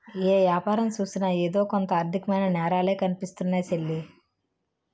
ఏ యాపారం సూసినా ఎదో కొంత ఆర్దికమైన నేరాలే కనిపిస్తున్నాయ్ సెల్లీ